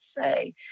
say